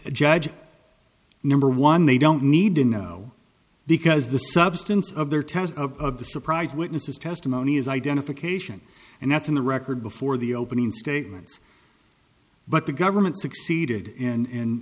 d judge number one they don't need to know because the substance of their test of the surprise witness's testimony is identification and that's in the record before the opening statements but the government s